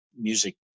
music